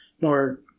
more